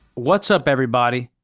what's up everybody?